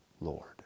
Lord